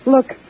Look